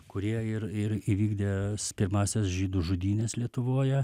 kurie ir ir įvykdė pirmąsias žydų žudynes lietuvoje